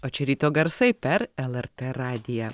o čia ryto garsai per lrt radiją